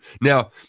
Now